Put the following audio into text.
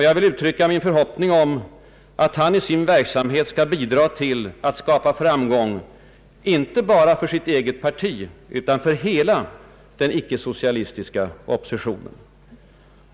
Jag vill uttrycka en förhoppning om att han i sin verksamhet skall bidra till att skapa framgång inte bara för sitt eget parti utan för hela den ickesocialistiska oppositionen.